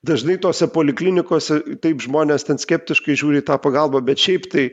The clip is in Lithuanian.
dažnai tose poliklinikose taip žmonės ten skeptiškai žiūri į tą pagalbą bet šiaip tai